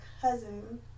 cousin